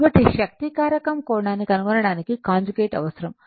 కాబట్టి శక్తి కారకం కోణాన్ని కనుగొనడానికి కాంజుగేట్ అవసరం